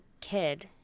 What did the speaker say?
kid